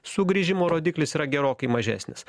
sugrįžimo rodiklis yra gerokai mažesnis